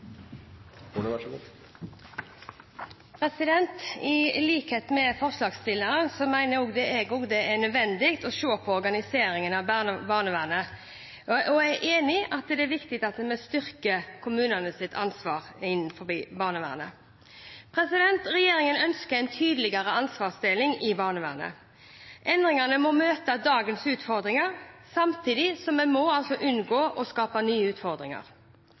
nødvendig å se på organiseringen av barnevernet, og jeg er enig i at det er viktig at vi styrker kommunenes ansvar overfor barnevernet. Regjeringen ønsker en tydeligere ansvarsdeling i barnevernet. Endringene må møte dagens utfordringer. Samtidig må vi unngå å skape nye utfordringer.